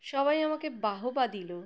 সবাই আমাকে বাহবা দিল